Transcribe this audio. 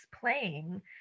playing